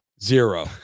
Zero